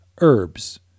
herbs